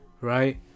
right